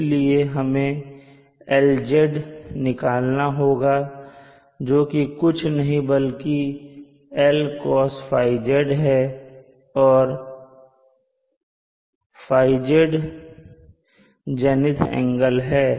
इसलिए हमें Lz निकालना होगा जो कि कुछ और नहीं बल्कि Lcosθz है और θz जेनिथ एंगल है